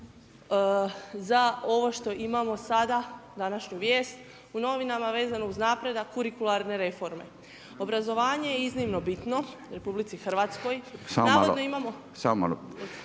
za ovo što imamo sada, današnju vijest u novinama vezano uz napredak kurikularne reforme. Obrazovanje je iznimno bitno u RH, navodno imamo.